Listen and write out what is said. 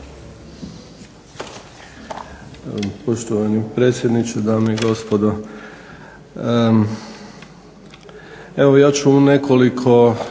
Poštovani predsjedniče, dame i gospodo. Evo, ja ću u nekoliko